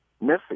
missing